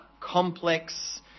complex